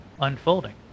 unfolding